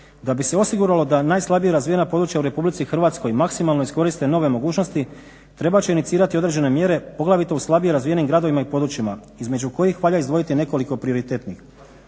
Da bi se osiguralo da najslabije razvijena područja u RH maksimalno iskoriste nove mogućnosti, trebat će inicirati određene mjere poglavito u slabije razvijenim gradovima i područjima između kojih valja izdvojiti nekoliko prioritetnih.